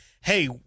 hey